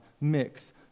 mix